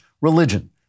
religion